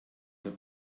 der